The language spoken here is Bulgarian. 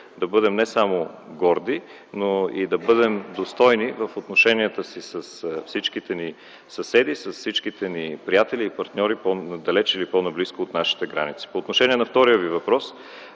да бъдем не само горди, но и да бъдем достойни в отношенията си с всичките ни съседи, приятели и партньори - далеч или наблизо до нашата граница. По отношение на втория Ви въпрос